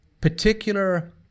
particular